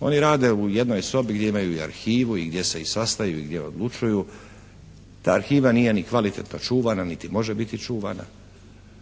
Oni rade u jednoj sobi gdje imaju i arhivu i gdje se i sastaju i gdje odlučuju. Ta arhiva nije ni kvalitetno čuvana ni može biti čuvana.